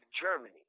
Germany